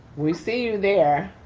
we see you there.